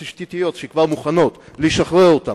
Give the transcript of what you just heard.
תשתיתיות, שכבר מוכנות, לשחרר אותן,